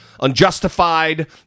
unjustified